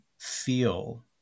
feel